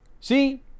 see